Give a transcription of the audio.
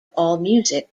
allmusic